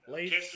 Late